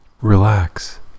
Relax